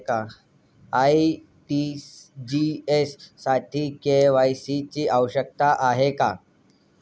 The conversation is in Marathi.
आर.टी.जी.एस साठी के.वाय.सी ची आवश्यकता आहे का?